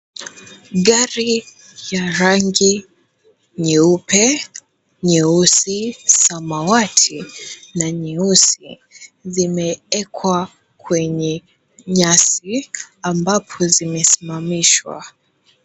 Gari ya rangi nyeupe, nyeusi, samawati na nyeusi zimeekwa kwenye nyasi ambapo zimesimamamishwa.